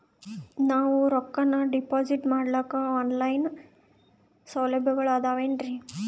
ನಾವು ರೊಕ್ಕನಾ ಡಿಪಾಜಿಟ್ ಮಾಡ್ಲಿಕ್ಕ ಆನ್ ಲೈನ್ ಸೌಲಭ್ಯಗಳು ಆದಾವೇನ್ರಿ?